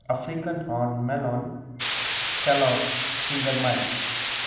African horn melon scallops finger mile